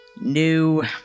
New